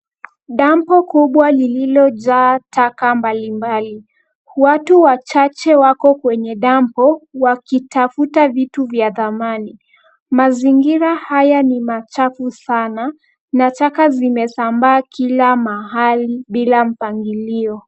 Dampo kubwa lililojaa taka mbalimbali. Watu wachache wako kwenye dampo wakitafuta vitu vya dhamani. Mazingira haya ni machafu sana na taka zimesambaa kila mahali bila mpangilio.